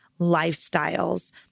lifestyles